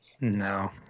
No